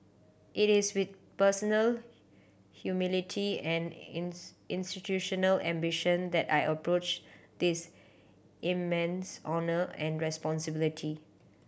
it is with personal humility and institutional ambition that I approach this immense honour and responsibility